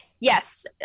yes